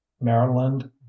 Maryland